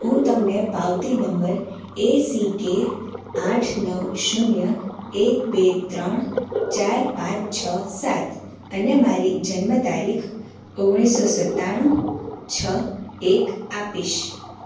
હું તમને પાવતી નંબર એસિકે આઠ નવ શૂન્ય એક બે ત્રણ ચાર પાંચ છ સાત અને મારી જન્મ તારીખ ઓગણીસો સત્તાણું છ એક આપીશ